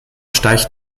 steigt